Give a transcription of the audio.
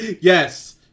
yes